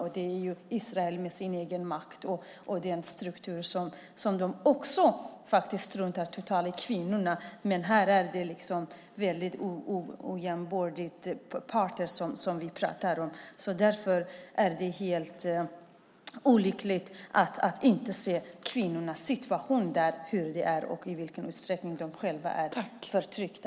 Det handlar om Israel med sin makt och den struktur som också struntar totalt i kvinnorna. Det är väldigt ojämbördiga parter vi talar om. Det är mycket olyckligt att man inte ser kvinnornas situation där, hur det är och i vilken utsträckning de själva är förtryckta.